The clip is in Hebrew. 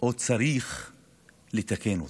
או לתקן אותו,